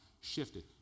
shifted